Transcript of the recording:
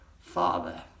father